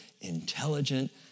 intelligent